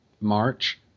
March